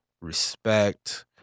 respect